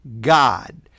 God